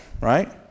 right